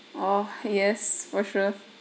orh yes for sure